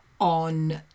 on